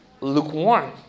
Lukewarm